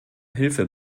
hilfe